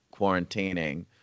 quarantining